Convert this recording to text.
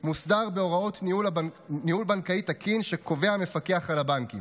הבנקאות שקובע נגיד בנק ישראל,